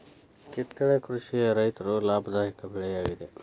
ಕಿತ್ತಳೆ ಕೃಷಿಯ ರೈತರು ಲಾಭದಾಯಕ ಬೆಳೆ ಯಾಗಿದೆ